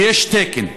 שיש תקן,